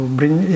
bring